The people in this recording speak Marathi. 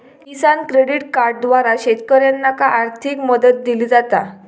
किसान क्रेडिट कार्डद्वारा शेतकऱ्यांनाका आर्थिक मदत दिली जाता